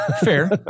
fair